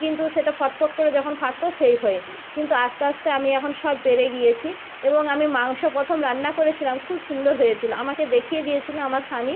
কিন্তু সেটা ফটফট করে যখন ফাটত সেই ভয়ে কিন্তু আস্তে আস্তে আমি এখন সব পেরে গিয়েছি এবং আমি মাংস প্রথম রান্না করেছিলাম খুব সুন্দর হয়েছিল আমাকে দেখিয়ে দিয়েছিল আমার স্বামী